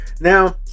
now